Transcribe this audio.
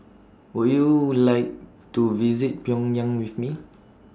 Would YOU like to visit Pyongyang with Me